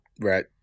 Right